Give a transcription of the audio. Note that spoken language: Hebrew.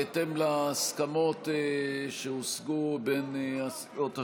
בהתאם להסכמות שהושגו בין הסיעות השונות,